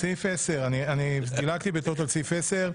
סעיף 10. אני דילגתי בטעות על סעיף 10,